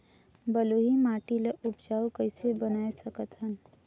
बलुही माटी ल उपजाऊ कइसे बनाय सकत हन?